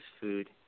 food